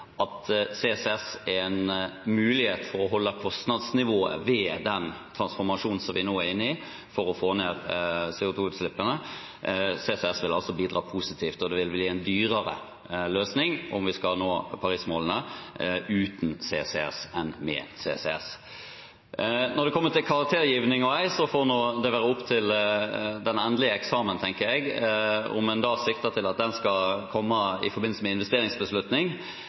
at CCS er en mulighet for å holde kostnadsnivået ved den transformasjonen som vi nå er inne i, for å få ned CO 2 -utslippene. CCS vil altså bidra positivt, og om vi skal nå Paris-målene uten CCS, vil det bli en dyrere løsning enn med CCS. Når det kommer til karaktergiving for meg, får det være opp til den endelige eksamen, tenker jeg – om en da sikter til at den skal komme i forbindelse med investeringsbeslutning,